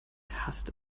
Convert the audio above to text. hasst